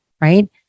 Right